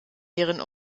deren